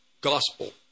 gospel